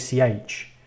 ACH